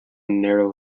narrow